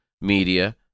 media